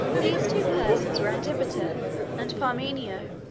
these two persons were antipater and parmenio,